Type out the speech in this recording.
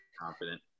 confident